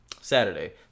Saturday